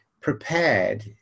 prepared